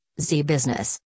z-business